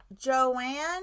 Joanne